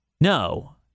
no